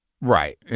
Right